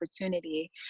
opportunity